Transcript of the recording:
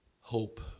Hope